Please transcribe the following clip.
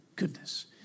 goodness